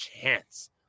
chance